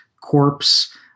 Corpse